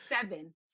seven